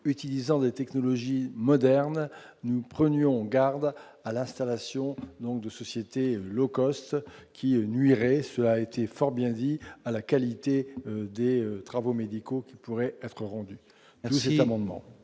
utilisant des technologies modernes nous prenions garde à l'installation, nombre de sociétés low-cost qui est venu hier et cela a été fort bien dit, à la qualité des travaux médicaux qui pourraient être rendus